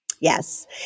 Yes